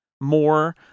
more